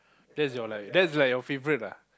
that's your like that's like your favorite ah